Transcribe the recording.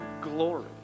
glory